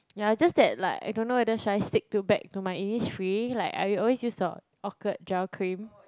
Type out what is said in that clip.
ya just that like I don't know whether should I stick to back to my Innisfree like I always use the orchid gel cream